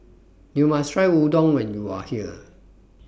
YOU must Try Udon when YOU Are here